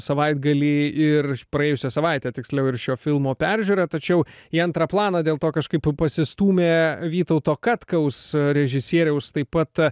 savaitgalį ir praėjusią savaitę tiksliau ir šio filmo peržiūrą tačiau į antrą planą dėl to kažkaip pasistūmė vytauto katkaus režisieriaus taip pat